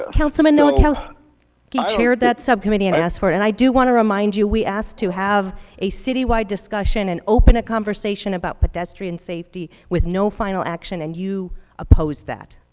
councilman nowakoski chaired that subcommittee and asked for it and i do want to remind you we asked to have a citywide discussion and open a conversation about pedestrian safety with no final action, and you opposed that.